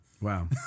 Wow